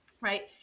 right